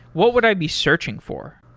what would i be searching for?